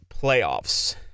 playoffs